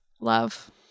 love